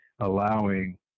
allowing